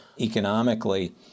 economically